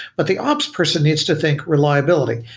but the ops person needs to think reliability.